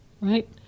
right